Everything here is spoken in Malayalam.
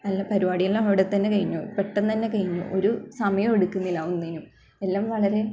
എല്ലാ പരിപാടികൾ അവിടെ തന്നെ കഴിഞ്ഞു പെട്ടെന്ന് തന്നെ കഴിഞ്ഞു ഒരു സമയം എടുക്കുന്നില്ല ഒന്നിനും എല്ലാം വളരെ